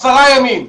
עשרה ימים.